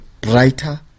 brighter